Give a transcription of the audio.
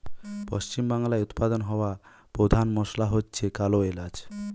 পশ্চিমবাংলায় উৎপাদন হওয়া পোধান মশলা হচ্ছে কালো এলাচ